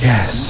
Yes